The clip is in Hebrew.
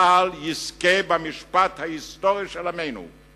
צה"ל יזכה במשפט ההיסטורי של עמנו,